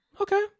okay